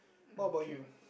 what about you